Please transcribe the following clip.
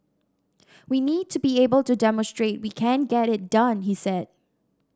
we need to be able to demonstrate we can get it done he said